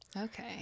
Okay